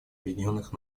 объединенных